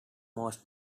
most